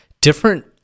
different